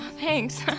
Thanks